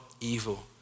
evil